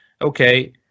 okay